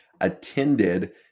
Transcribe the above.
attended